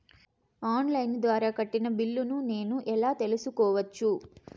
On line ద్వారా కట్టిన బిల్లును నేను ఎలా తెలుసుకోవచ్చు?